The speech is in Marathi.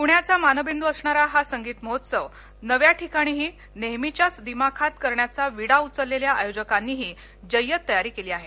प्ण्याचा मानबिंद् असणारा हा संगीत महोत्सव नव्या ठिकाणीही नेहमीच्याच दिमाखात करण्याचा विडा उचलेल्या आयोजकांनीही जय्यत तयारी केली आहे